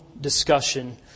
discussion